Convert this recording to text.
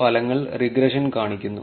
ഫലങ്ങൾ റിഗ്രഷൻ കാണിക്കുന്നു